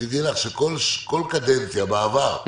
תדעי לך שבכל קדנציה בעבר,